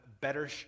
better